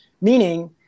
meaning